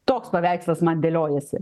toks paveikslas man dėliojasi